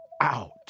out